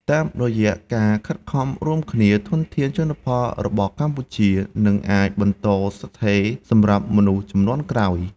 តាមរយៈការខិតខំរួមគ្នា ធនធានជលផលរបស់កម្ពុជានឹងអាច បន្តស្ថិតស្ថេរ សម្រាប់មនុស្សជំនាន់ក្រោយ។